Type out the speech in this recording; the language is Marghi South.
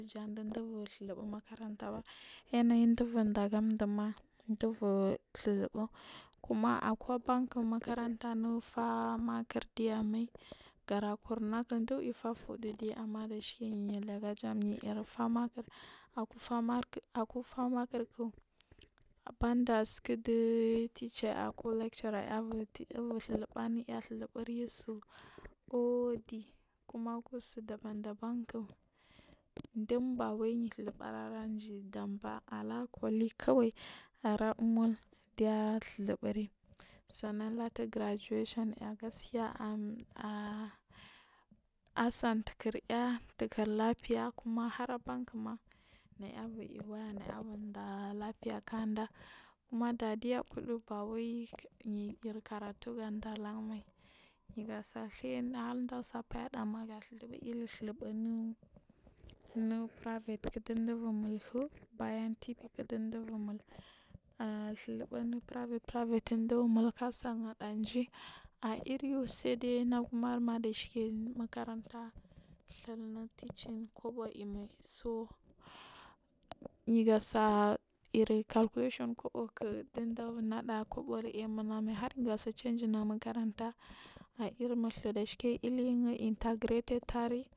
Jan ɗubur ɗhuzubu u makarantaba ya nayin ɗubur ɗagan ɗumma, ɗubur ɗhuz ubu kuma akubank makaranta anufaa makri ɗiyamai gara kunnak ɗuifah fudia ɗe amma ɗashike yalega jam yi iyur famakir ɗe amma ɗashike yalega jam yi iyur famakir aku fali makir ku banɗasik luɗ teacher iay iay ku lectura aiy ɗibur ɗlugubu niya ɗhuzubur yasu ardi kuma akusu ɗaban ɗaban k ɗunbawai ɗhuzubu ara jii ɗamba ara culik kawa ara muil gya ɗhuzub uri sannan latur grajiwesion aiy gaskiya asen tukurya tuku lab feya kuma harbankuma na yibur waya nay bur ɗaa labfe kakenɗa kuma ɗa ɗiya kuɗu ba wai yiw yi iaw karatuga ɗa a lan mai yige tsaitya nal ɗasai bayaɗama ga dhuzubu nu privet kf ɗubur mulk bayan t a kik ɗubur mulk aa ɗhuzubu nu privet privet dubur mulk asar hayji airyu said ai inaguma ɗashike yiw makarranta ɗhir imu teaching kobo imai sa yigasa irril kelculation konok di burnaɗa kobo ayi mur agumai har yuga sai changana mak aranta a irir mutsu ɗashike irin intergrete tari.